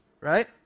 Right